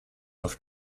auf